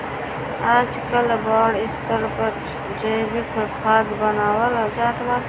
आजकल बड़ स्तर पर जैविक खाद बानवल जात बाटे